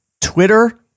Twitter